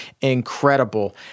incredible